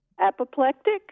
Apoplectic